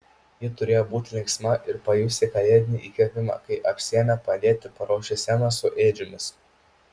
ji turėjo būti linksma ir pajusti kalėdinį įkvėpimą kai apsiėmė padėti paruošti sceną su ėdžiomis